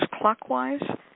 clockwise